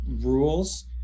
rules